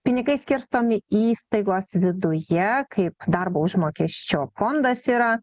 pinigai skirstomi įstaigos viduje kaip darbo užmokesčio fondas yra